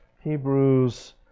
Hebrews